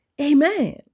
Amen